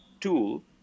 tool